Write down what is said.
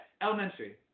elementary